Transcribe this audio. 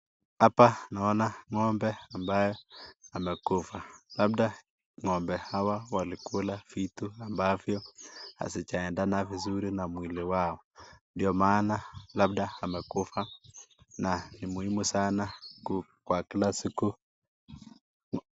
Hapa naona ng'ombe ambaye amekufa labda ng'ombe hawa walikula vitu ambavyo hazijaendana vizuri na mwili wao, ndio maana labda amekufa na ni muhimu sana kwa kila siku....